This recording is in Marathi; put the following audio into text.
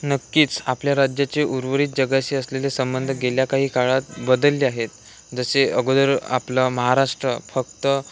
नक्कीच आपल्या राज्याचे उर्वरित जगाशी असलेले संबंध गेल्या काही काळात बदलले आहेत जसे अगोदर आपलं महाराष्ट्र फक्त